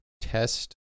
test